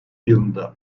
yılında